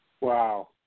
Wow